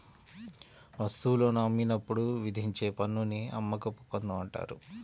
వస్తువులను అమ్మినప్పుడు విధించే పన్నుని అమ్మకపు పన్ను అంటారు